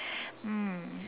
um